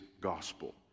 gospel